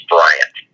Bryant